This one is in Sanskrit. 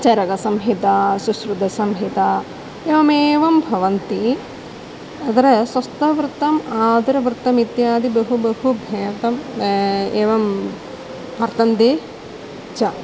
चरकसंहिता सुश्रुतसंहिता एवमेवं भवन्ति अत्र स्वस्थवृत्तम् आदरवृत्तम् इत्यादि बहु बहु भेदः एवं वर्तन्ते च